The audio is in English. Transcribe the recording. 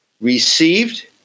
Received